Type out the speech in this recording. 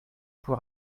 pour